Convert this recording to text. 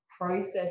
process